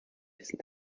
wissen